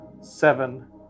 seven